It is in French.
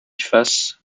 face